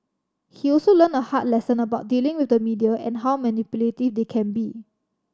he also learned a hard lesson about dealing with the media and how manipulative they can be